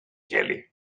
jelly